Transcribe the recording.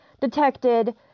detected